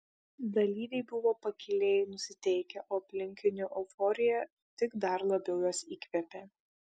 dalyviai buvo pakiliai nusiteikę o aplinkinių euforija tik dar labiau juos įkvėpė